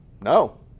no